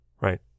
Right